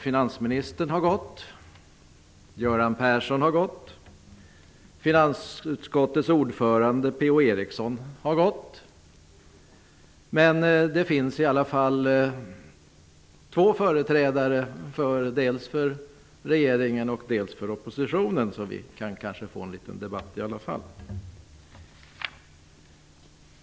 Finansministern, O Eriksson har gått, men här finns i alla fall två företrädare dels för regeringen, dels för oppositionen, så vi kanske kan få en liten debatt i alla fall.